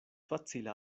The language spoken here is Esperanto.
facila